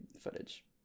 footage